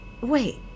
Wait